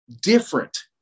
different